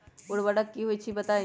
उर्वरक की होई छई बताई?